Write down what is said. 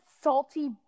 salty